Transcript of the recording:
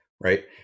right